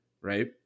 right